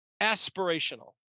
aspirational